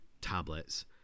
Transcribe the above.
tablets